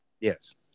Yes